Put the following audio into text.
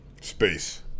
Space